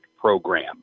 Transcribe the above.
Program